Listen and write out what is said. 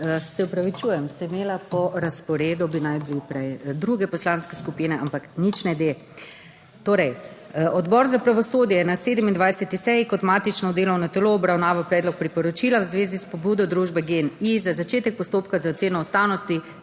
Se opravičujem, sem imela po razporedu, bi naj bil prej druge poslanske skupine, ampak nič ne de. Torej, Odbor za pravosodje je na 27. seji kot matično delovno telo obravnaval predlog priporočila v zvezi s pobudo družbe Gen-I za začetek postopka za oceno ustavnosti